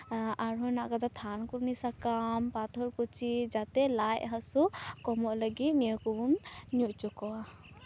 ᱟᱨᱦᱚᱸ ᱦᱮᱱᱟᱜ ᱟᱠᱟᱫᱟ ᱛᱷᱟᱱᱠᱩᱱᱤ ᱥᱟᱠᱟᱢ ᱯᱟᱛᱷᱚᱨᱠᱩᱪᱤ ᱡᱟᱛᱮ ᱞᱟᱡ ᱦᱟᱥᱩ ᱠᱚᱢᱚᱜ ᱞᱟᱹᱜᱤᱫ ᱱᱤᱭᱟᱹ ᱠᱚᱵᱚᱱ ᱧᱩ ᱦᱚᱪᱚ ᱠᱚᱣᱟ